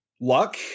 Luck